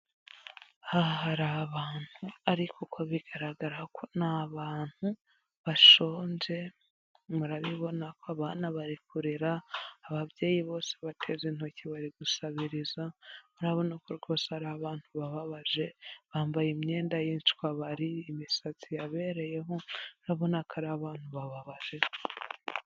Hari abantu ariko ko bigaragara ko ni bantu bashonze murabibona ko abana barikurira, ababyeyi bose bateza intoki bari gusabiriza, murabona ko rwose hari abantu bababaje bambaye imyenda yincwabari, imisatsi yabereyeho ndabona ko ari abantu babaje.